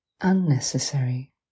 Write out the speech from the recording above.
unnecessary